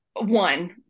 one